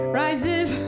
rises